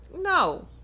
no